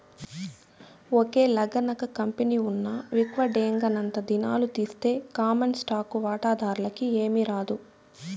ఒకేలగనక కంపెనీ ఉన్న విక్వడేంగనంతా దినాలు తీస్తె కామన్ స్టాకు వాటాదార్లకి ఏమీరాదు